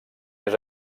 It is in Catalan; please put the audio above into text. més